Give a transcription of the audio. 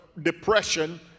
depression